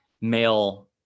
male